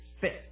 fit